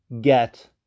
get